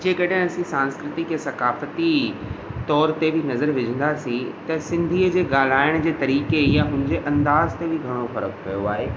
जेकॾहिं असीं संस्कृति खे सकाफ़ती तौर ते बि नज़र विझंदासीं त सिंधी जे ॻाल्हाइण जे तरीक़े या हुन जे अंदाज़ ते बि घणो फ़र्क़ु पियो आहे